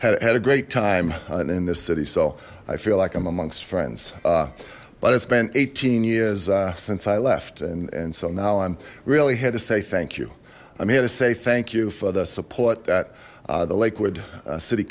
had a great time in this city so i feel like i'm amongst friends but it's been eighteen years since i left and and so now i'm really here to say thank you i'm here to say thank you for the support that the lakewood city